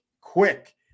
quick